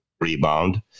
rebound